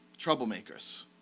Troublemakers